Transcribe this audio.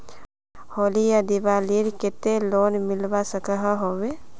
होली या दिवालीर केते लोन मिलवा सकोहो होबे?